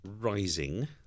rising